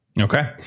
Okay